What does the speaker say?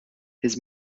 his